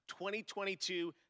2022